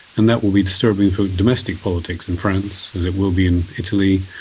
and that will be disturbing for domestic politics in france as it will be in italy,